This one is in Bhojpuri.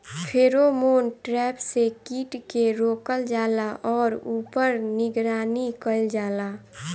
फेरोमोन ट्रैप से कीट के रोकल जाला और ऊपर निगरानी कइल जाला?